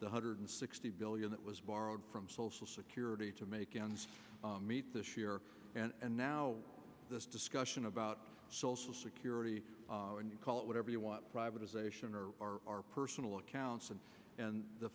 the hundred sixty billion that was borrowed from social security to make ends meet this year and now this discussion about social security and you call it whatever you want privatization our personal accounts and and the